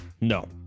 no